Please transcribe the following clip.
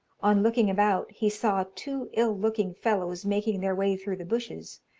on looking about, he saw two ill-looking fellows making their way through the bushes,